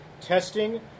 testing